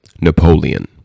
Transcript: napoleon